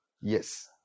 Yes